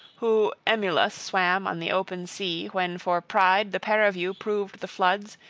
who emulous swam on the open sea, when for pride the pair of you proved the floods,